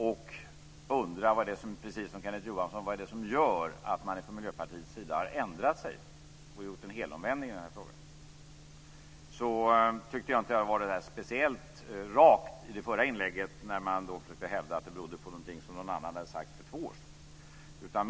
Precis som Kenneth Johansson undrar jag vad det är som gör att man från Miljöpartiet har ändrat sig och gjort en helomvändning i den här frågan. I det förra inlägget var man inte speciellt rak när man hävdade att det berodde på någonting som någon annan hade sagt för två år sedan.